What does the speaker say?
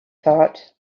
thought